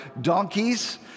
donkeys